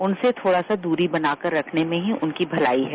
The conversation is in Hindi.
उनसे थोडा सा दूरी बनाकर रखने में ही उनकी मलाई है